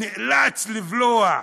נאלץ לבלוע,